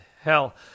Hell